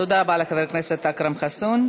תודה רבה לחבר הכנסת אכרם חסון.